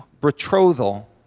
betrothal